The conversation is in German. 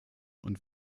und